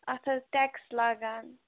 اَتھ حظ ٹٮ۪کٕس لاگان